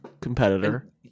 competitor